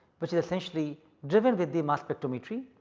which is essentially driven with the mass spectrometry.